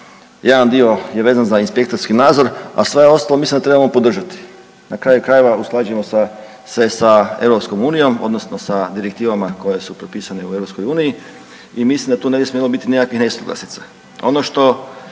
jedan dio je vezan za inspektorski nadzor, a sve ostalo mislim da trebamo podržati, na kraju krajeva usklađujemo se sa EU odnosno sa direktivama koje su propisane u EU i mislim da tu ne bi smjelo biti nikakvih nesuglasica. Ono što